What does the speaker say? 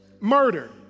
Murder